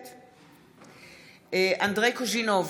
משתתפת בהצבעה אנדרי קוז'ינוב,